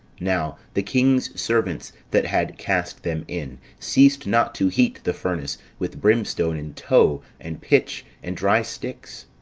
now the king's servants that had cast them in, ceased not to heat the furnace with brimstone and tow, and pitch, and dry sticks,